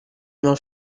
not